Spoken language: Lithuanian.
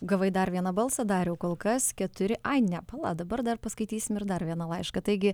gavai dar vieną balsą dariau kol kas keturi ai ne pala dabar dar paskaitysim ir dar vieną laišką taigi